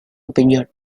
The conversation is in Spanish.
opinión